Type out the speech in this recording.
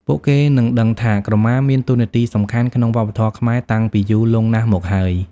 ពួកគេនឹងដឹងថា ក្រមាមានតួនាទីសំខាន់ក្នុងវប្បធម៌ខ្មែរតាំងពីយូរលង់ណាស់មកហើយ។